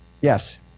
Yes